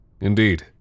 Indeed